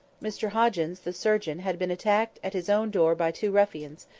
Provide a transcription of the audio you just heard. mr hoggins, the surgeon, had been attacked at his own door by two ruffians,